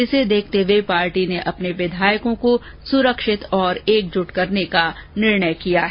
इसे देखते हुए पार्टी ने अपने विधायकों को सुरक्षित और एकजुट करने का निर्णय किया है